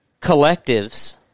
collectives –